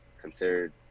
considered